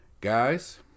Guys